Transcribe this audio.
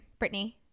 Britney